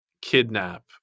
kidnap